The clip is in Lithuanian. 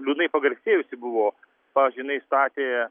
liūdnai pagarsėjusi buvo pavyzdžiui jinai statė